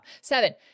seven